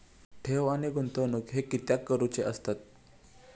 ठेव आणि गुंतवणूक हे कित्याक करुचे असतत?